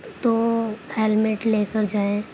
تو ہیلمٹ لے کر جائیں